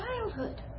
childhood